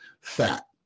fat